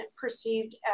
perceived